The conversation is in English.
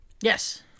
Yes